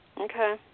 Okay